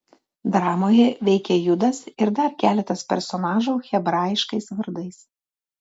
dramoje veikia judas ir dar keletas personažų hebraiškais vardais